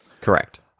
Correct